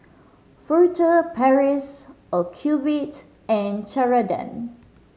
Furtere Paris Ocuvite and Ceradan